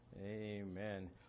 Amen